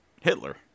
Hitler